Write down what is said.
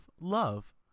love